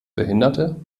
behinderte